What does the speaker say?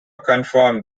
confirmed